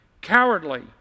cowardly